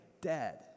dead